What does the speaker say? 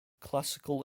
classical